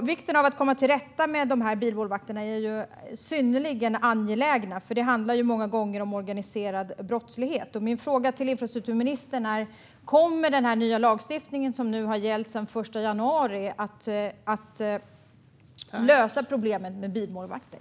Det är angeläget att komma till rätta med bilmålvakterna eftersom det många gånger handlar om organiserad brottslighet. Jag har följande fråga till infrastrukturministern: Kommer den nya lagstiftning som har gällt sedan den 1 januari att lösa problemen med bilmålvakter?